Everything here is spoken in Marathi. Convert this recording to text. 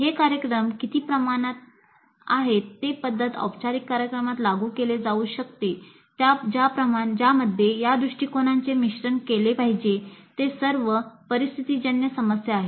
हे कार्यक्रम किती प्रमाणात आहेत हे पध्दत औपचारिक कार्यक्रमांमध्ये लागू केले जाऊ शकते ज्यामध्ये या दृष्टिकोनांचे मिश्रण केले पाहिजे ते सर्व परिस्थितीजन्य समस्या आहेत